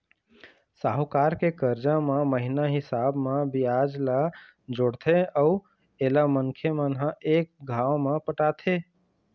साहूकार के करजा म महिना हिसाब म बियाज ल जोड़थे अउ एला मनखे मन ह एक घांव म पटाथें